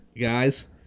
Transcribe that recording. Guys